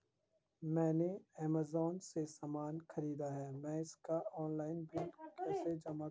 मैंने ऐमज़ान से सामान खरीदा है मैं इसका ऑनलाइन बिल कैसे जमा करूँ क्या यह सुरक्षित है?